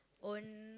own